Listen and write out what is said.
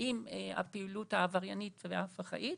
עם הפעילות העבריינית והפח"עית.